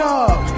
up